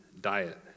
diet